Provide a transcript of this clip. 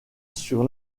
sur